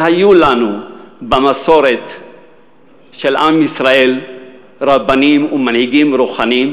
והיו לנו בעם ישראל רבנים ומנהיגים רוחניים